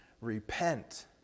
repent